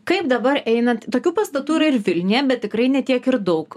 kaip dabar einant tokių pastatų yra ir vilniuje bet tikrai ne tiek ir daug